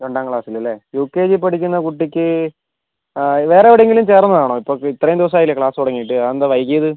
രണ്ടാം ക്ലാസ്സിൽ അല്ലേ യുകെജി പഠിക്കുന്ന കുട്ടിക്ക് വേറെ എവിടെയെങ്കിലും ചേർന്നതാണോ ഇപ്പോ ഇത്രയും ദിവസമായില്ലേ ക്ലാസ് തുടങ്ങിയിട്ട് അതെന്താ വൈകിയത്